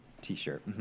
T-shirt